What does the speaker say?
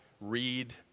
read